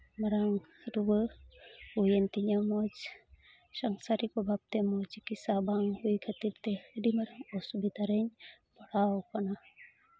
ᱢᱟᱨᱟᱝ ᱨᱩᱣᱟᱹ ᱦᱩᱭᱮᱱ ᱛᱤᱧᱟ ᱢᱚᱡᱽ ᱥᱟᱝᱥᱟᱨᱤᱠ ᱚᱵᱷᱟᱵᱽ ᱛᱮ ᱪᱤᱠᱤᱛᱥᱟ ᱵᱟᱝ ᱦᱩᱭ ᱠᱷᱟᱹᱛᱤᱨ ᱛᱮ ᱟᱹᱰᱤ ᱢᱟᱨᱟᱝ ᱚᱥᱩᱵᱤᱫᱷᱟ ᱨᱮᱧ ᱯᱟᱲᱟᱣ ᱟᱠᱟᱱᱟ